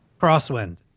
Crosswind